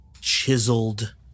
chiseled